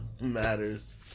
Matters